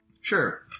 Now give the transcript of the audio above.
Sure